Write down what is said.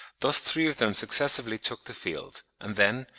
thus three of them successively took the field, and then,